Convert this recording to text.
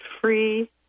free